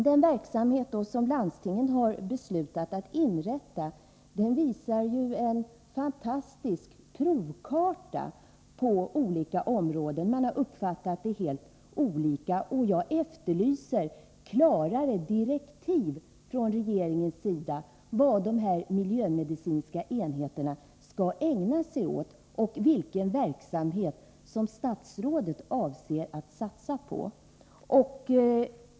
Den verksamhet som landstingen har beslutat att inrätta uppvisar ju en fantastisk provkarta av olika områden. Man har uppfattat intentionerna helt olika. Jag efterlyser klarare direktiv från regeringens sida om vad de här miljömedicinska enheterna skall ägna sig åt och vilken verksamhet som statsrådet avser att satsa på.